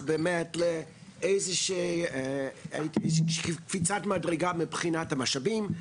באמת לאיזושהי קפיצת מדרגה מבחינת המשאבים,